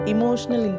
Emotional